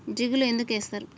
జిలుగు ఎందుకు ఏస్తరు?